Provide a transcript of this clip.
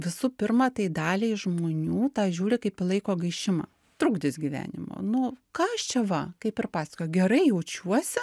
visų pirma tai daliai žmonių tą žiūri kaip į laiko gaišimą trukdis gyvenimo nu ką aš čia va kaip ir pasakojo gerai jaučiuosi